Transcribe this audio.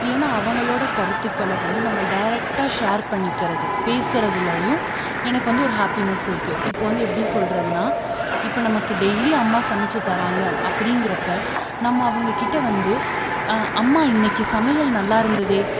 இல்லைனா அவங்களோட கருத்துக்களை வந்து நம்ம டைரெக்டா ஷேர் பண்ணிக்கிறது பேசுறதுலேயும் எனக்கு வந்து ஒரு ஹாப்பினஸ் இருக்குது இப்போ வந்து எப்படி சொல்கிறதுன்னா இப்போ நமக்கு டெய்லி அம்மா சமைத்து தர்றாங்க அப்புடிங்கிறப்ப நம்ம அவங்கக்கிட்ட வந்து அம்மா இன்னைக்கு சமையல் நல்லா இருந்ததே